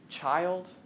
child